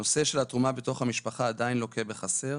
הנושא של התרומה בתוך המשפחה עדיין לוקה בחסר,